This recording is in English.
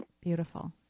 beautiful